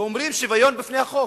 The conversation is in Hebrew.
ואומרים, שוויון בפני החוק.